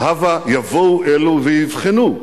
הבה יבואו אלה ויבחנו.